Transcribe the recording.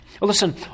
Listen